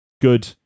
good